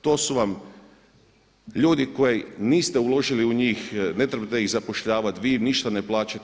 To su vam ljudi koji niste uložili u njih, ne trebate ih zapošljavati, vi ništa ne plaćate.